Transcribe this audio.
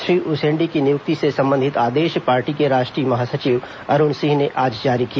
श्री उसेंडी की नियुक्ति से संबंधित आदेश पार्टी के राष्ट्रीय महासचिव अरूण सिंह ने आज जारी किया